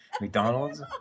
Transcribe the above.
McDonald's